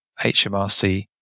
HMRC